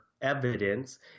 evidence